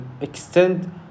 extend